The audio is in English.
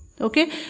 okay